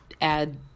add